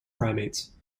primates